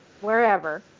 wherever